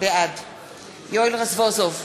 בעד יואל רזבוזוב,